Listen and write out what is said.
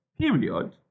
period